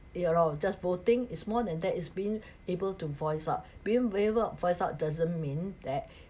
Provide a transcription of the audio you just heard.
you're wrong just voting is more than that it's being able to voice out being able voice out doesn't mean that